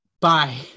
Bye